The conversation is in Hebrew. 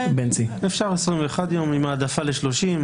אפשר 21 ימים עם העדפה ל-30 ימים.